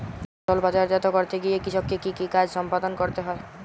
ফসল বাজারজাত করতে গিয়ে কৃষককে কি কি কাজ সম্পাদন করতে হয়?